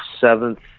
seventh